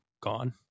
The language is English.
gone